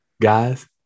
Guys